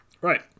right